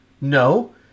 No